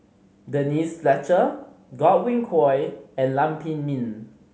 Denise Fletcher Godwin Koay and Lam Pin Min